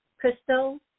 Crystal